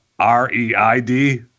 R-E-I-D